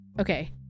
Okay